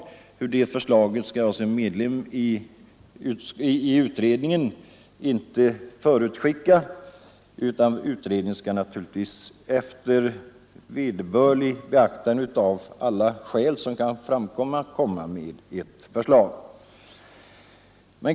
Innehållet i det förslaget skall jag, som medlem i utredningen, inte förutskicka, utan utredningen skall naturligtvis efter vederbörligt beaktande av alla skäl som kan framkomma avge ett förslag.